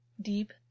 Deep